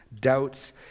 doubts